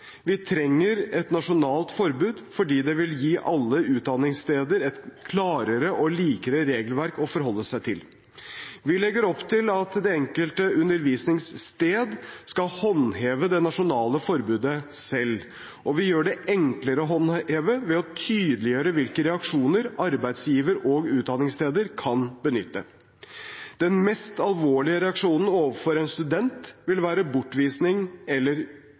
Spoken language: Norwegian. Vi trenger et nasjonalt forbud fordi det vil gi alle utdanningssteder et klarere og mer likt regelverk å forholde seg til. Vi legger opp til at det enkelte undervisningssted skal håndheve det nasjonale forbudet selv. Og vi gjør det enklere å håndheve ved å tydeliggjøre hvilke reaksjoner arbeidsgiver og utdanningssteder kan benytte. Den mest alvorlige reaksjonen overfor en student vil være bortvisning eller